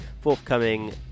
forthcoming